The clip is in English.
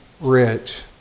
rich